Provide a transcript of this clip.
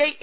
I A